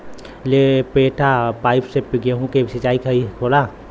लपेटा पाइप से गेहूँ के सिचाई सही होला?